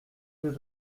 deux